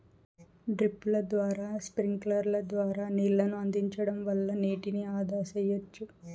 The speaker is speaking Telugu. డ్రిప్పుల ద్వారా స్ప్రింక్లర్ల ద్వారా నీళ్ళను అందించడం వల్ల నీటిని ఆదా సెయ్యచ్చు